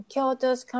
Kyoto's